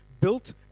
built